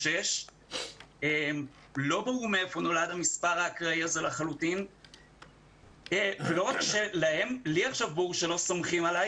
על 96 ופתאום היא רואה 80. לי ברור שלא סומכים עלי,